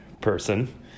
person